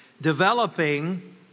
developing